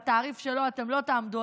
בתעריף שלו אתם לא תעמדו,